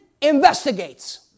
investigates